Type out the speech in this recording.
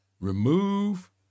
remove